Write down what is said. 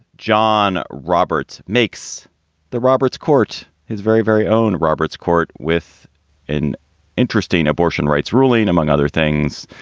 john roberts makes the roberts court his very, very own roberts court with an interesting abortion rights ruling, among other things,